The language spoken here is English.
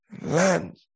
Land